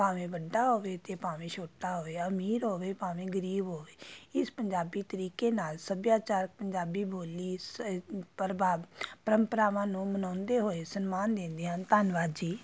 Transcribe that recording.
ਭਾਵੇਂ ਵੱਡਾ ਹੋਵੇ ਅਤੇ ਭਾਵੇਂ ਛੋਟਾ ਹੋਵੇ ਅਮੀਰ ਹੋਵੇ ਭਾਵੇਂ ਗਰੀਬ ਹੋਵੇ ਇਸ ਪੰਜਾਬੀ ਤਰੀਕੇ ਨਾਲ਼ ਸੱਭਿਆਚਾਰਕ ਪੰਜਾਬੀ ਬੋਲੀ ਸ ਪ੍ਰਭਾਵ ਪਰੰਪਰਾਵਾਂ ਨੂੰ ਮਨਾਉਂਦੇ ਹੋਏ ਸਨਮਾਨ ਦਿੰਦੇ ਹਨ ਧੰਨਵਾਦ ਜੀ